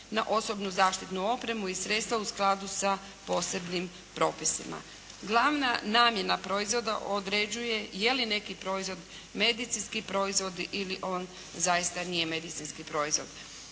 Na osobnu zaštitnu opremu i sredstva u skladu sa posebnim propisima. Glavna namjena proizvoda određuje je li neki proizvod medicinski proizvod ili on zaista nije medicinski proizvod.